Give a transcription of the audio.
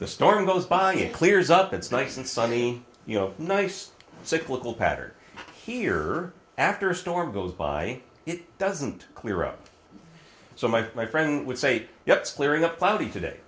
the storm goes by it clears up it's nice and sunny you know nice cyclical pattern here after a storm goes by it doesn't clear up so my my friend would say yes clearing up cloudy today